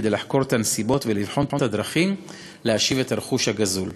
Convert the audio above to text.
כדי לחקור את הנסיבות ולבחון את הדרכים להשיב את הרכוש הגזול.